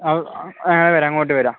ആ ഞാൻ വരാം അങ്ങോട്ട് വരാം